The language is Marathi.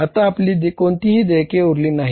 आता आपली कोणतीही देयके उरली नाही